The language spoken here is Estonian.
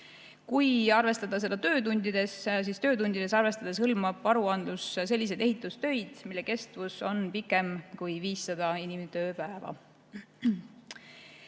Kui arvestada seda töötundides, siis töötundides arvestades hõlmab aruandlus selliseid ehitustöid, mille kestus on pikem kui 500 inimtööpäeva.